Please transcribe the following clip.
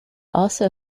also